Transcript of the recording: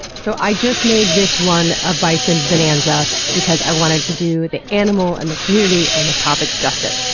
so i just made this one a bison bonanza because i wanted to do the animal, and the community, and the topic, justice.